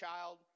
child